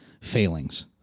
failings